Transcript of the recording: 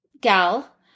gal